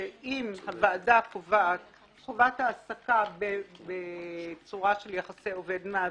שאם הוועדה קובעת חובת העסקה בצורה של יחסי עובד-מעביד,